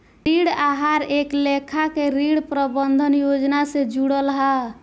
ऋण आहार एक लेखा के ऋण प्रबंधन योजना से जुड़ल हा